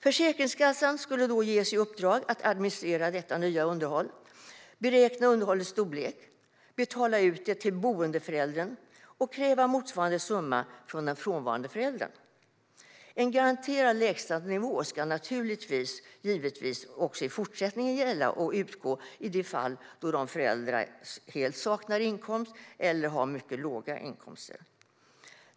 Försäkringskassan skulle då ges i uppdrag att administrera detta nya underhåll, beräkna underhållets storlek, betala ut det till boendeföräldern och kräva motsvarande summa från den frånvarande föräldern. En garanterad lägstanivå ska naturligtvis också gälla i fortsättningen och utgå i de fall då föräldrar helt saknar inkomst eller har mycket låga inkomster.